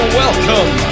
welcome